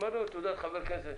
אני מראה לו תעודת חבר הכנסת.